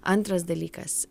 antras dalykas